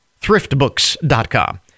thriftbooks.com